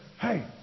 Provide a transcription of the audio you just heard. hey